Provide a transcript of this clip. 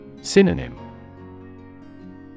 Synonym